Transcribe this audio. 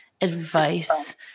advice